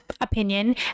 opinion